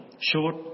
Short